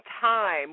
time